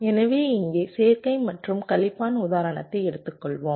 எனவே இங்கே சேர்க்கை மற்றும் கழிப்பான் உதாரணத்தை எடுத்துக்கொள்வோம்